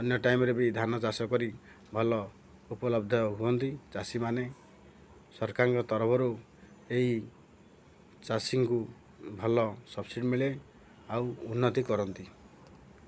ଅନ୍ୟ ଟାଇମ୍ରେ ବି ଧାନ ଚାଷ କରି ଭଲ ଉପଲବ୍ଧ ହୁଅନ୍ତି ଚାଷୀମାନେ ସରକାରଙ୍କ ତରଫରୁ ଏଇ ଚାଷୀଙ୍କୁ ଭଲ ସବସିଡ଼ି ମିଳେ ଆଉ ଉନ୍ନତି କରନ୍ତି